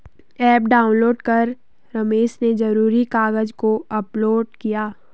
app download कर रमेश ने ज़रूरी कागज़ को अपलोड किया